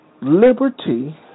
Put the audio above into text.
Liberty